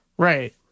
Right